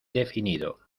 definido